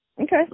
Okay